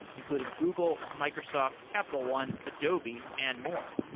including google, microsoft, capital one, adobe and more.